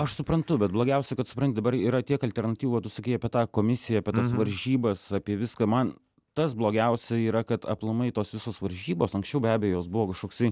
aš suprantu bet blogiausia kad supranti dabar yra tiek alternatyvų o tu sakei apie tą komisiją apie tas varžybas apie viską man tas blogiausia yra kad aplamai tos visos varžybos anksčiau be abejo jos buvo kažkoksai